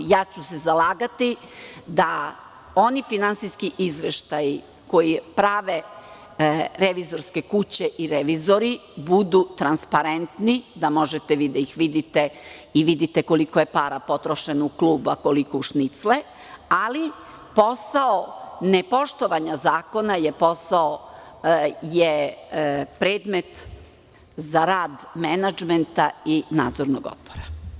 Zalagaću se da oni finansijski izveštaji koji prave revizorske kuće i revizori, budu transparentni, da možete vi da ih vidite i vidite koliko je para potrošeno u klub, a koliko u šnicle, ali, posao nepoštovanja zakona je posao, predmet za rad menadžmenta i nadzornog odbora.